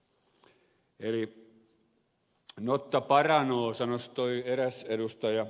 notta paranoo sanoisi eräs edustaja